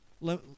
Let